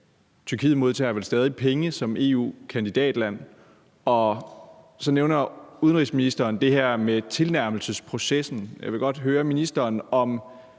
Tyrkiet modtager vel stadig penge som EU-kandidatland? Så nævner udenrigsministeren det her med tilnærmelsesprocessen. Jeg vil godt høre, om ministeren og